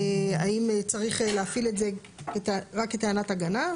האם צריך להפעיל את זה רק כטענת הגנה,